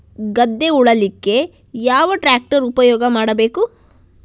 ಗದ್ದೆ ಉಳಲಿಕ್ಕೆ ಯಾವ ಟ್ರ್ಯಾಕ್ಟರ್ ಉಪಯೋಗ ಮಾಡಬೇಕು?